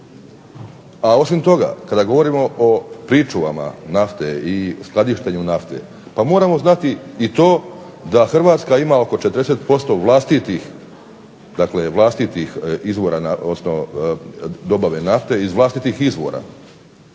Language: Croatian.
A osim toga kada govorimo o pričuvama nafte i skladištenju nafte pa moramo znati i to da Hrvatska ima oko 40% vlastitih izvora odnosno dobave nafte iz vlastitih izvora